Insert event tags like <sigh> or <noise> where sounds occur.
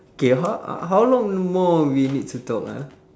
K h~ <noise> how long more we need to talk ah